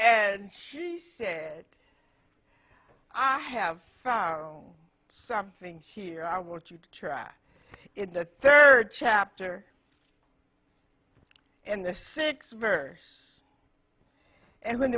and she said i have found something here i want you to try in the third chapter and the sixth verse and when